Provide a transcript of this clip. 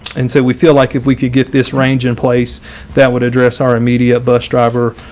and so we feel like if we could get this range in place that would address our immediate bus driver